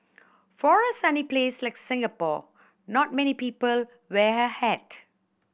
for a sunny place like Singapore not many people wear a hat